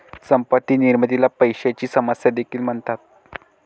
संपत्ती निर्मितीला पैशाची समस्या देखील म्हणतात